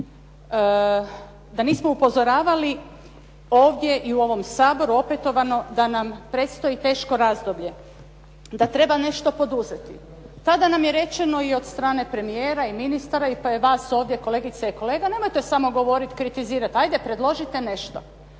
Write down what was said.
da nismo upozoravali ovdje i u ovom Saboru opetovano da nam predstoji teško razdoblje, da treba nešto poduzeti. Tada nam je rečeno i od strane premijera i ministara i to je vas ovdje kolegice i kolega, nemojte samo govoriti, kritizirati, hajde predložite nešto.